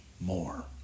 more